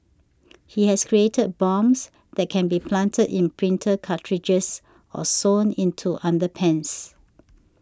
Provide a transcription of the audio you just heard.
he has created bombs that can be planted in printer cartridges or sewn into underpants